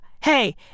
hey